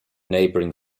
neighbouring